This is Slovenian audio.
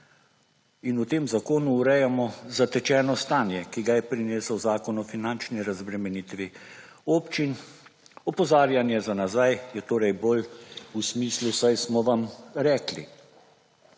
in v tem zakonu urejamo zatečeno stanje, ki ga je prinesel Zakon o finančni razbremenitvi občin, opozarjanje za nazaj je torej bolj v smislu saj smo vam rekli.